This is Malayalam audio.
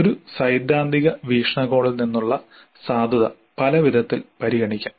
ഒരു സൈദ്ധാന്തിക വീക്ഷണകോണിൽ നിന്നുള്ള സാധുത പലവിധത്തിൽ പരിഗണിക്കാം